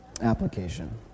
application